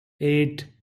eight